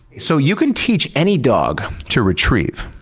so you can teach any dog to retrieve,